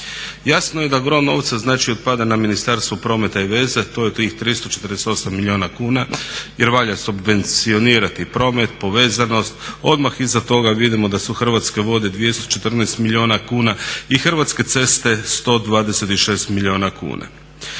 Jasno je da gro novca otpada na Ministarstvo prometa i veze to je tih 348 milijuna kuna jer valja subvencionirati promet, povezanost. Odmah iza toga vidimo da su Hrvatske vode 214 milijuna kuna i Hrvatske ceste 126 milijuna kuna.